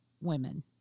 women